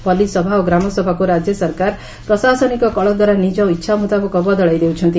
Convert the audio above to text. ପଲିସଭା ଓ ଗ୍ରାମସଭାକୁ ରାକ୍ୟ ସରକାର ପ୍ରଶାସନିକ କଳ ଦ୍ୱାରା ନିଜ ଇଛାମୁତାବକ ବଦଳାଇ ଦେଉଛନ୍ତି